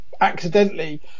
accidentally